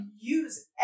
use